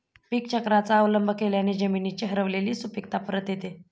पीकचक्राचा अवलंब केल्याने जमिनीची हरवलेली सुपीकता परत येते